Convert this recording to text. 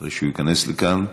אחרי שהוא ייכנס לכאן.